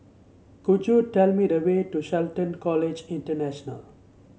could you tell me the way to Shelton College International